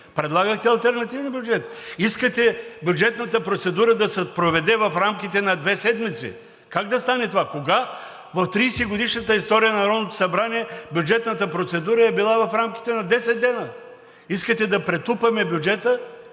Предлагахте алтернативни бюджети! Искате бюджетната процедура да се проведе в рамките на две седмици. Как да стане това? Кога в 30-годишната история на Народното събрание бюджетната процедура е била в рамките на 10 дни? Искате да претупаме бюджета.